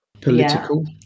political